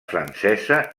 francesa